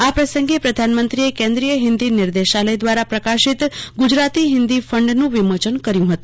આ પ્રસંગે પ્રધાનમંત્રીએ કેન્દ્રિય હિંદી નિદેશાલય દ્વારા પ્રકાશિત ગુજરાતી હિંદી ફંડનું વિમોચન કર્યું હતું